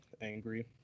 angry